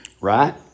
Right